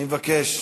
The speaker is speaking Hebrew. אני מבקש.